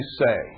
say